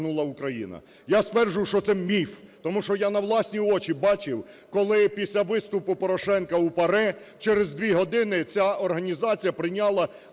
Я стверджую, що це міф, тому що я на власні очі бачив, коли після виступу Порошенка у ПАРЄ через дві години ця організація прийняла